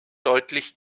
deutlich